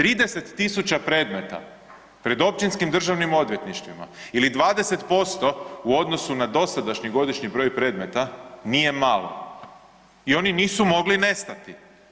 30.000 predmeta pred općinskim državnim odvjetništvima ili 20% u odnosu na dosadašnji godišnji broj predmeta nije malo i oni nisu mogli nestati.